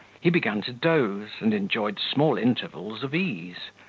he began to doze, and enjoyed small intervals of ease,